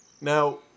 Now